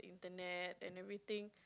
Internet and everything